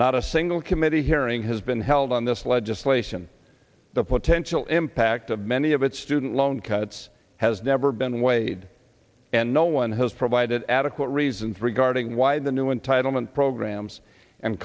not a single committee hearing has been held on this legislation the potential impact of many of its student loan cuts has never been weighed and no one has provided adequate reasons regarding why the new entitlement programs and